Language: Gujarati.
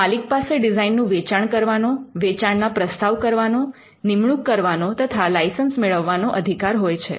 માલિક પાસે ડિઝાઇનનું વેચાણ કરવાનો વેચાણના પ્રસ્તાવ કરવાનો નિમણૂક કરવાનો તથા લાઈસન્સ મેળવવાનો અધિકાર હોય છે